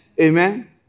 Amen